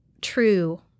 true